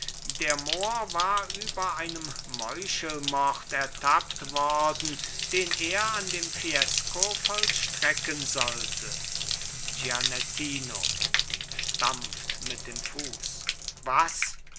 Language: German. der mohr war über einem meuchelmord ertappt worden den er an dem fiesco vollstrecken sollte gianettino stampft mit dem fuß was